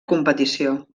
competició